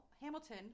Hamilton